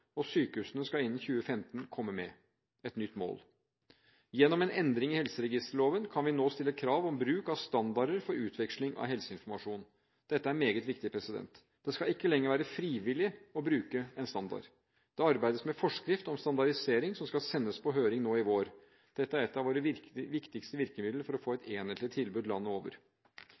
og sykehusene skal innen 2015 komme med – et nytt mål. Gjennom en endring i helseregisterloven kan vi nå stille krav om bruk av standarder for utveksling av helseinformasjon. Dette er meget viktig. Det skal ikke lenger være frivillig å bruke en standard. Det arbeides med en forskrift om standardisering, som skal sendes på høring nå i vår. Dette er et av våre viktigste virkemidler for å få et enhetlig tilbud landet over.